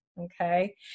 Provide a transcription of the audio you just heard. Okay